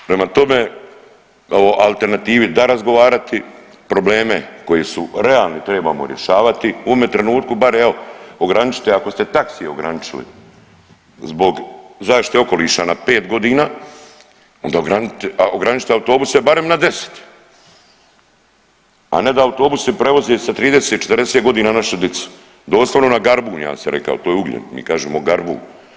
Prema tome, o alternativi da razgovarati, probleme koji su realni trebamo rješavati u ovome trenutku bar evo ograničite ako ste taksije ograničili zbog zaštite okoliša na pet godina, onda ograničite autobuse barem na 10, a ne da autobusi prevoze sa 30, 40 godina našu dicu, doslovno na garbun ja sam rekao to je ugljen, mi kažemo garbun.